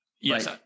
yes